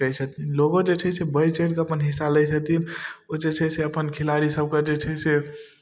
लोको जे छै से बढ़ि चढ़िकऽ अपन हिस्सा लै छथिन ओ जे छै से अपन खिलाड़ीसभके जे छै से